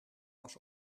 was